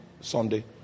Sunday